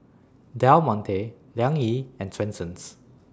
Del Monte Liang Yi and Swensens